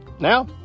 Now